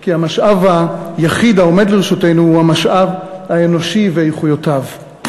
וכי המשאב היחיד העומד לרשותנו הוא המשאב האנושי ואיכויותיו.